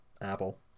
Apple